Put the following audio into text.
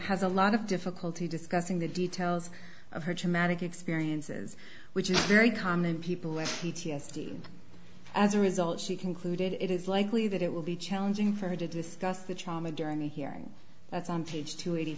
has a lot of difficulty discussing the details of her traumatic experiences which is very common people with p t s d as a result she concluded it is likely that it will be challenging for her to discuss the trauma during the hearing that's on page two eighty